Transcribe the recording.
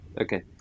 Okay